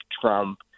Trump